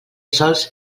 sols